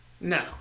no